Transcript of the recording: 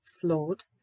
flawed